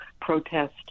protest